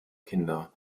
kinder